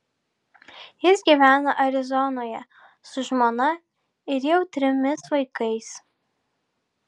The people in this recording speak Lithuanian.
jis gyvena arizonoje su žmona ir jau trimis vaikais